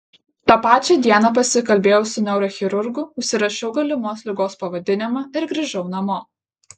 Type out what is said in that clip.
tą pačią dieną pasikalbėjau su neurochirurgu užsirašiau galimos ligos pavadinimą ir grįžau namo